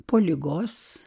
po ligos